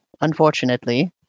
unfortunately